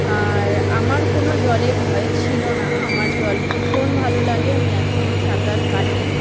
আর আমার কোনো জলে ভয় ছিল না আমার জল ভীষণ ভালো লাগে আমি এখনও সাঁতার কাটি